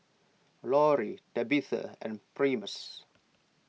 Lori Tabitha and Primus